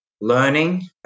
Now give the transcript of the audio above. learning